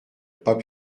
pas